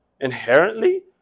Inherently